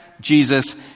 Jesus